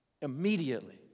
immediately